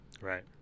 Right